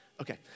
Okay